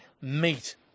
meet